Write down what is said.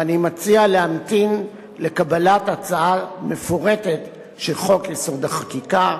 ואני מציע להמתין לקבלת הצעה מפורטת של חוק-יסוד: החקיקה,